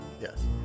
Yes